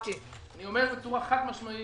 וקטי, לא חשוב - השר שלו כבר לא אצלו.